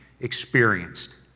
experienced